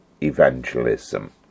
evangelism